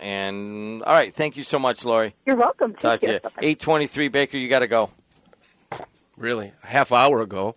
and all right thank you so much lori you're welcome to talk to a twenty three baker you got to go really half hour ago